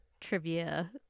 Trivia